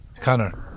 Connor